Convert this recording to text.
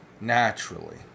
naturally